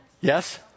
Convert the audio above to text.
yes